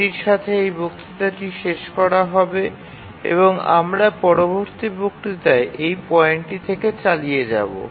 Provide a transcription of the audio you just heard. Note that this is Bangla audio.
এটির সাথে এই বক্তৃতাটি শেষ করা হবে এবং আমরা পরবর্তী বক্তৃতায় এই পয়েন্টটি থেকে চালিয়ে যাব